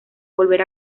volver